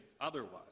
otherwise